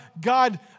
God